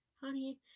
honey